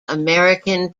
american